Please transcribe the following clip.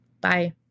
Bye